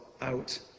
out